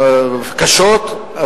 קשות,